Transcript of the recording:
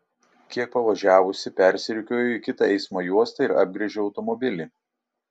kiek pavažiavusi persirikiuoju į kitą eismo juostą ir apgręžiu automobilį